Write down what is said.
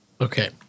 Okay